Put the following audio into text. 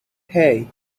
hey